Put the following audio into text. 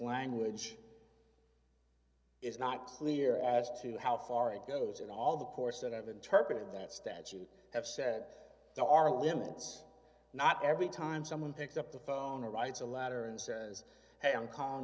language is not clear as to how far it goes and all the course that i've interpreted that statute have said there are limits not every time someone picks up the phone or writes a letter and says hey i'm calling